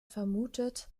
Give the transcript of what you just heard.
vermutet